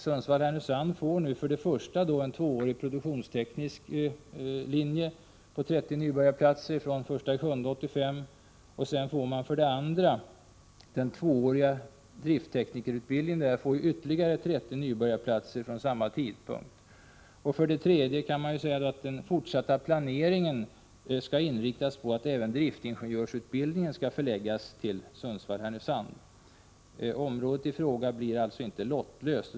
Sundsvall Härnösand får nu för det första en tvåårig produktionsteknikerlinje med 30 nybörjarplatser från den 1 juli 1985. För det andra får man en tvåårig driftteknikerutbildning med ytterligare 30 nybörjarplatser från samma tidpunkt. För det tredje skall den fortsatta planeringen inriktas på att även driftingenjörsutbildningen skall förläggas till Sundsvall-Härnösand. Området i fråga blir alltså inte lottlöst.